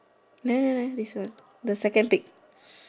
there there there this one the second pic